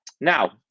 Now